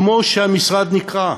כמו שהמשרד נקרא.